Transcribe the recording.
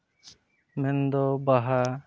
ᱢᱮᱱᱫᱚ ᱵᱟᱦᱟ